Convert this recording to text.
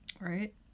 Right